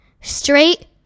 straight